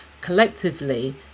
collectively